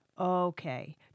okay